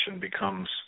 becomes